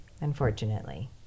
unfortunately